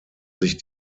sich